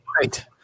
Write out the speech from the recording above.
Right